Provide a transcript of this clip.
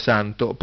Santo